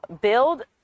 build